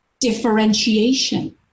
differentiation